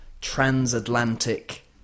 transatlantic